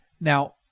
Now